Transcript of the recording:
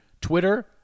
Twitter